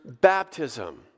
baptism